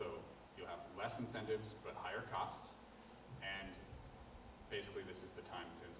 so you have less incentives but higher cost and basically this is the time to